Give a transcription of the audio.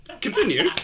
Continue